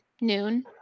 noon